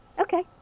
Okay